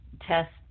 test